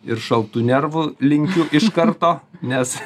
ir šaltų nervų linkiu iš karto nes